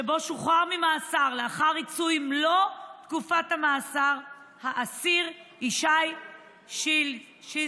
שבו שוחרר ממאסר לאחר ריצוי מלוא תקופת המאסר האסיר ישי שליסל.